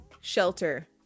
shelter